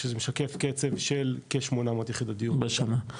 שזה משקף קצב של כ-800 יחידות דיור בשנה.